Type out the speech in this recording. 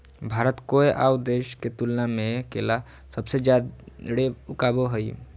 भारत कोय आउ देश के तुलनबा में केला सबसे जाड़े उगाबो हइ